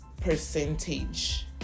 percentage